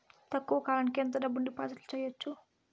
తక్కువ కాలానికి ఎంత డబ్బును డిపాజిట్లు చేయొచ్చు?